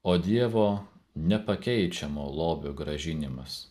o dievo nepakeičiamo lobio grąžinimas